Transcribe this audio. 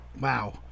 Wow